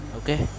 okay